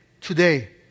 today